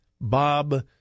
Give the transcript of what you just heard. Bob